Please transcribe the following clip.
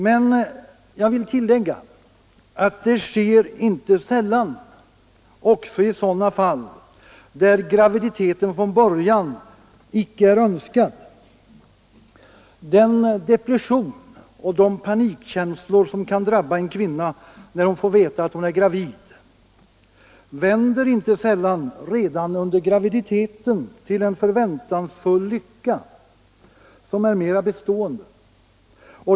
Jag vill emellertid tillägga att det inte så sällan händer — också i sådana fall där graviditeten från början icke är önskad — att den depression och de panikkänslor, som kan drabba en kvinna när hon får veta att hon är gravid, under graviditeten förbyts i en förväntansfull lycka som är mer bestående.